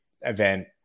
event